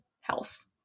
health